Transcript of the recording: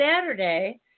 Saturday